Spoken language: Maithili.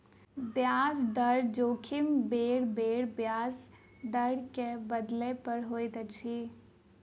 ब्याज दर जोखिम बेरबेर ब्याज दर के बदलै पर होइत अछि